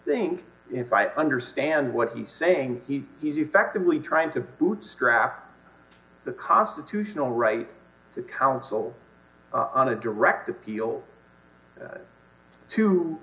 think if i understand what he's saying he is effectively trying to bootstrap the constitutional right to counsel on a direct appeal to